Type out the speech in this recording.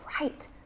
right